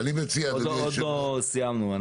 עוד לא סיימנו.